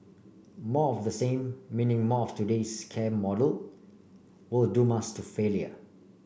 more of the same meaning more of today's care model will doom us to failure